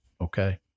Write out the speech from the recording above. okay